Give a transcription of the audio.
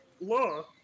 law